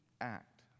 act